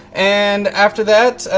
and after that,